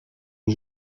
aux